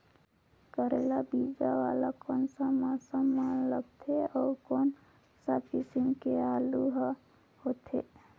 करेला बीजा वाला कोन सा मौसम म लगथे अउ कोन सा किसम के आलू हर होथे?